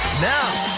now,